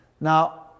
Now